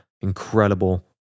incredible